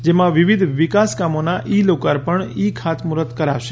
જેમાં વિવિધ વિકાસ કામોના ઇ લોકાર્પણ ઇ ખાતમુહૂર્ત કરાશે